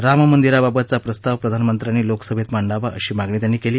राममंदिराबाबतचा प्रस्ताव प्रधानमंत्र्यांनी लोकसभेत मांडावा अशी मागणी त्यांनी केली